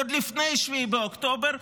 עוד לפני 7 באוקטובר,